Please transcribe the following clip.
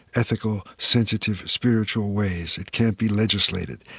ethical, sensitive, spiritual ways. it can't be legislated.